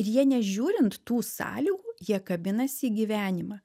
ir jie nežiūrint tų sąlygų jie kabinasi į gyvenimą